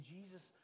Jesus